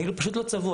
אני פשוט לא צבוע,